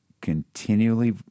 continually